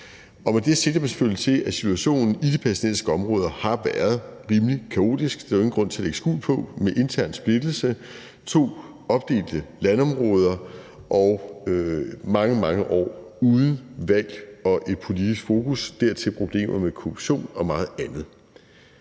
Og med det sigter man selvfølgelig til, at situationen i de palæstinensiske områder har været rimelig kaotisk – det er der ingen grund til at lægge skjul på – med intern splittelse, to opdelte landområder og mange, mange år uden valg og et politisk fokus. Dertil problemer med korruption og meget andet.